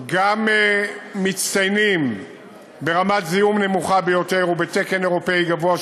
וגם מצטיינים ברמת זיהום נמוכה ביותר ובתקן אירופי גבוה,